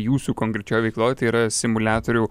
jūsų konkrečioj veikloj tai yra simuliatorių